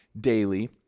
daily